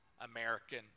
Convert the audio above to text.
American